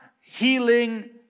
healing